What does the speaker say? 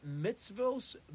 mitzvahs